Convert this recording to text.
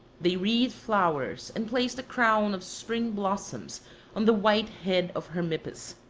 they wreathed flowers, and placed a crown of spring blossoms on the white head of hermippus,